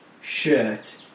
shirt